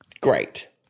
Great